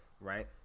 right